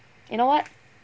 you know what